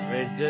Red